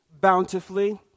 bountifully